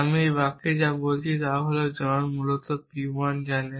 আমি এই বাক্যে যা বলছি তা হল জন মূলত p 1 জানে